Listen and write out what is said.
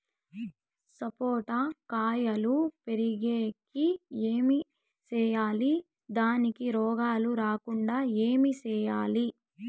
సపోట కాయలు పెరిగేకి ఏమి సేయాలి దానికి రోగాలు రాకుండా ఏమి సేయాలి?